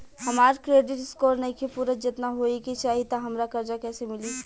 हमार credit score नईखे पूरत जेतना होए के चाही त हमरा कर्जा कैसे मिली?